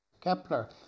Kepler